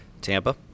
Tampa